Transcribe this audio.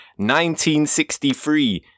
1963